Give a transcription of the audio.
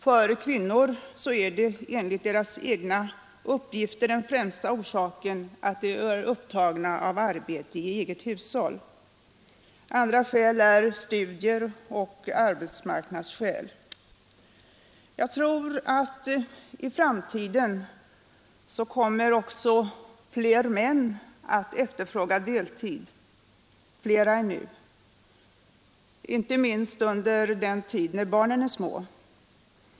Fö r kvinnorna är enligt deras egna uppgifter den främsta orsaken att de är upptagna av arbete i eget hushåll. Andra orsaker är studier och arbetsmarknadsskäl. Jag tror att fler män än nu i framtiden kommer att efterfråga deltidsarbete, inte minst under den tid då barnen är små.